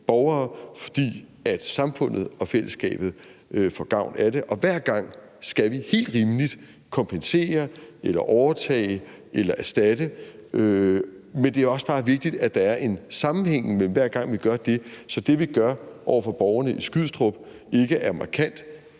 borgere, fordi samfundet og fællesskabet får gavn af det. Og hver gang skal vi, helt rimeligt, kompensere eller overtage eller erstatte. Men det er også bare vigtigt, at der er en sammenhæng, hver gang vi gør det, sådan at det, vi gør over for borgerne i Skrydstrup, ikke er markant